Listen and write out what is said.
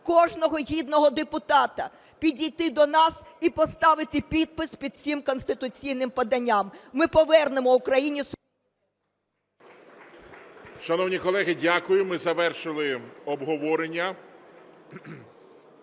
кожного гідного депутата підійти до нас і поставити підпис під цим конституційним поданням. Ми повернемо Україні…